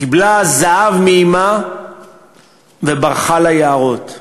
קיבלה זהב מאמה וברחה ליערות.